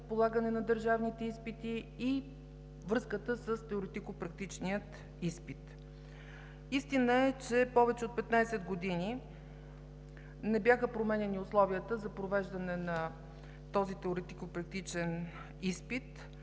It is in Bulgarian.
полагане на държавните изпити и връзката с теоретико-практичния изпит. Истина е, че повече от 15 години не бяха променяни условията за провеждане на този теоретико-практичен изпит,